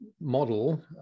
model